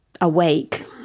awake